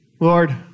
Lord